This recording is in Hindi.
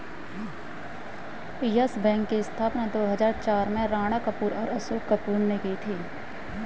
यस बैंक की स्थापना दो हजार चार में राणा कपूर और अशोक कपूर ने की थी